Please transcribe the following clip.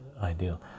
ideal